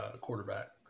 quarterback